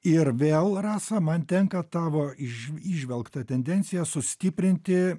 ir vėl rasa man tenka tavo įžv įžvelgtą tendenciją sustiprinti